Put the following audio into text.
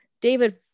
David